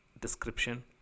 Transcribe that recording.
description